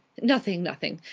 nothing, nothing.